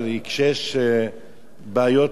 כשיש בעיות,